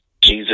Jesus